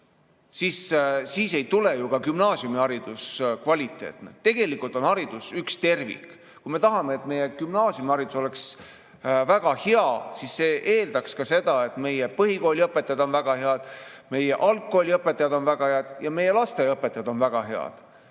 on nõrk, ei tule ju ka gümnaasiumiharidus kvaliteetne. Tegelikult on haridus üks tervik. Kui me tahame, et gümnaasiumiharidus oleks väga hea, siis see eeldaks ka seda, et põhikooliõpetajad on väga head, algkooliõpetajad on väga head ja lasteaiaõpetajad on väga head.